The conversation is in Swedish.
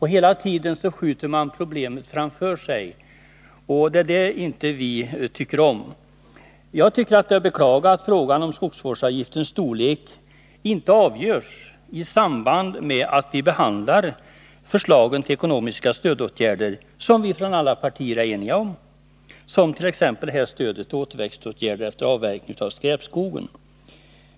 Hela tiden skjuter man problemet framför sig. Det är detta som vi inte tycker om. Det är att beklaga att frågan om skogsvårdsavgiftens storlek inte avgörs i samband med att vi behandlar förslagen till ekonomiska stödåtgärder, som alla partier är eniga om, t.ex. stödet till återväxtåtgärder efter avverkning av skräpskog.